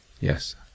Yes